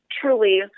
truly